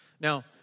Now